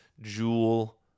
jewel